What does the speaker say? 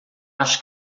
acho